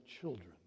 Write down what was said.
children